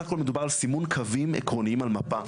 בסך הכל מדובר על סימון קווים עקרוניים על מפה,